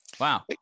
Wow